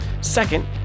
Second